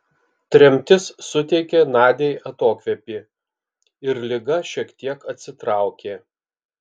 tremtis suteikė nadiai atokvėpį ir liga šiek tiek atsitraukė